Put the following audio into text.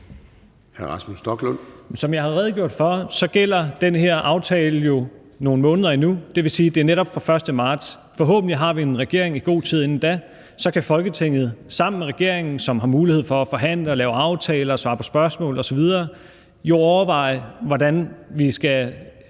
Som jeg har redegjort for, gælder den her aftale jo nogle måneder endnu, og det vil sige, at netop fra 1. marts – forhåbentlig har vi en regering i god tid inden da – kan Folketinget sammen med regeringen, som har mulighed for at forhandle og lave aftaler og svare på spørgsmål osv., jo overveje, hvordan vi skal